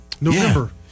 November